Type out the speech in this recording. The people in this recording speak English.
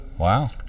Wow